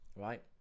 right